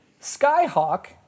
Skyhawk